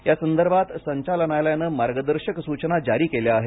यासंदर्भात संचालनालयानं मार्गदर्शक सूचना जारी केल्या आहेत